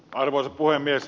arvoisa puhemies